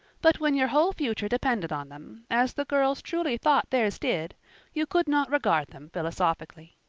but when your whole future depended on them as the girls truly thought theirs did you could not regard them philosophically.